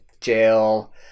jail